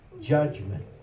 judgment